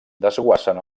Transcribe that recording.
desguassen